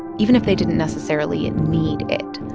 even if they didn't necessarily need it.